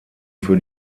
für